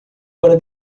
para